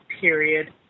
period